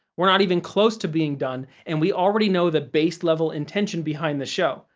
we're not even close to being done, and we already know the base-level intention behind the show!